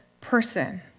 person